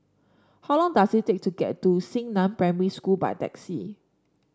how long does it take to get to Xingnan Primary School by taxi